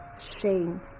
shame